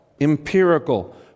empirical